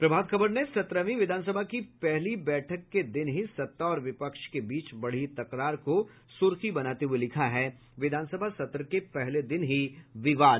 प्रभात खबर ने सत्रहवीं विधानसभा की पहली बैठक के दिन ही सत्ता और विपक्ष के बीच बढ़े तकरार को सुर्खी बनाते हुए लिखा है विधानसभा सत्र के पहले दिन ही विवाद